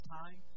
time